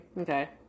Okay